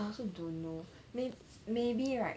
I also don't know may maybe right